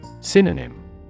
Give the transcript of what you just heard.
Synonym